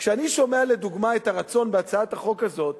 כשאני שומע, לדוגמה, את הרצון בהצעת החוק הזאת